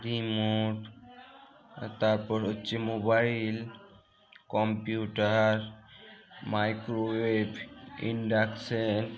remote আর তারপর হচ্ছে মোবাইল কম্পিউটার মাইক্রোওয়েভ ইন্ডাকশন